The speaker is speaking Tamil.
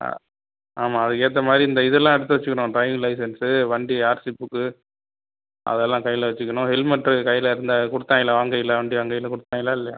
அ ஆமா அதுக்கு ஏத்தமாதிரி இந்த இதெல்லாம் எடுத்து வைச்சிக்கணும் டிரைவிங் லைசென்ஸு வண்டி ஆர்சி புக்கு அதெல்லாம் கையில வைச்சிக்கணும் ஹெல்மட் கையில இருந்தால் குடுத்தாங்களா வாங்கையில் வண்டி வாங்கையில் குடுத்தாங்களா இல்லையா